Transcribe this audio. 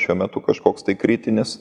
šiuo metu kažkoks tai kritinis